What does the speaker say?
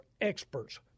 experts